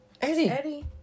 Eddie